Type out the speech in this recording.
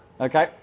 Okay